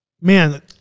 Man